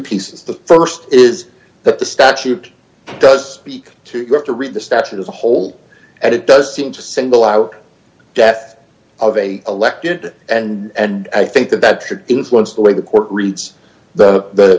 pieces the st is that the statute does speak to you have to read the statute as a whole and it does seem to single out death of a elected and i think that that should influence the way the court reads the